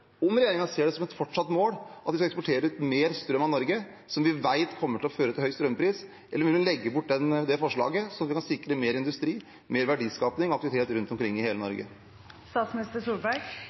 om regjeringen ser det som et fortsatt mål at vi skal eksportere mer strøm fra Norge, noe vi vet kommer til å føre til høy strømpris? Eller vil hun legge bort det forslaget, så en kan sikre mer industri, mer verdiskaping og aktivitet rundt omkring i hele